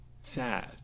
sad